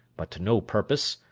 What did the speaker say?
but to no purpose,